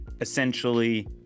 essentially